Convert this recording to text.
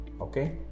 okay